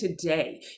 today